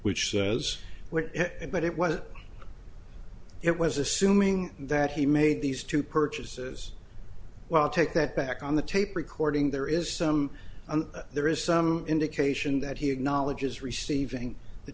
which says where but it was it was assuming that he made these two purchases well take that back on the tape recording there is some there is some indication that he acknowledges receiving the